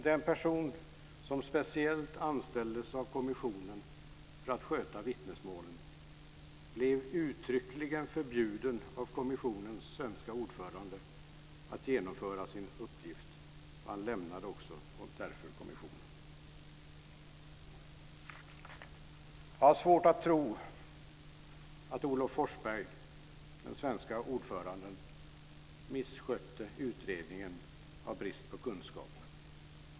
Den person som speciellt anställdes av kommissionen för att sköta vittnesmålen blev uttryckligen förbjuden av kommissionens svenska ordförande att genomföra sin uppgift och lämnade därför kommissionen. Jag har svårt att tro att Olof Forsberg, den svenska ordföranden, misskötte utredningen av brist på kunskap.